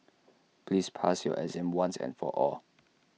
please pass your exam once and for all